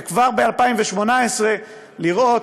וכבר ב-2018 לראות